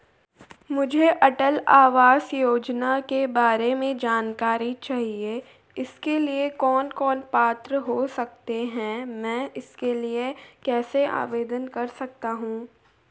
मुझे अटल आवास योजना के बारे में जानकारी चाहिए इसके लिए कौन कौन पात्र हो सकते हैं मैं इसके लिए कैसे आवेदन कर सकता हूँ?